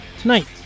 Tonight